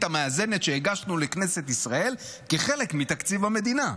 המאזנת שהגשנו לכנסת ישראל כחלק מתקציב המדינה?